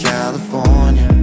California